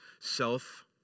self